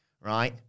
right